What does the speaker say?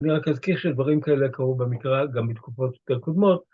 אני רק אזכיר שדברים כאלה קרו במקרא, גם בתקופות יותר קודמות.